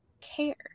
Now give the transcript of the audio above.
care